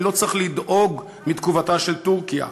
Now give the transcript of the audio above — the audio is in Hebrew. אני לא צריך לדאוג מתגובתה של טורקיה.